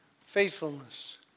Faithfulness